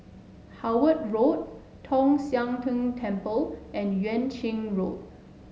Howard Road Tong Sian Tng Temple and Yuan Ching Road